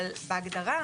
אבל בהגדרה